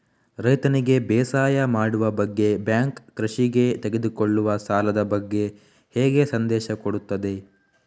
ರೈತನಿಗೆ ಬೇಸಾಯ ಮಾಡುವ ಬಗ್ಗೆ ಬ್ಯಾಂಕ್ ಕೃಷಿಗೆ ತೆಗೆದುಕೊಳ್ಳುವ ಸಾಲದ ಬಗ್ಗೆ ಹೇಗೆ ಸಂದೇಶ ಕೊಡುತ್ತದೆ?